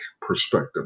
perspective